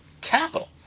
capital